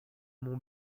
mon